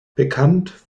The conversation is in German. bekannt